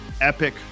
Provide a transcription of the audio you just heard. epic